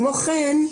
כמו כן,